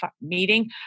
meeting